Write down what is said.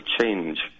change